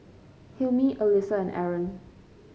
Hilmi Alyssa and Aaron